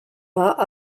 mâts